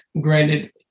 granted